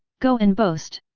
go and boast.